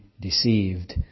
deceived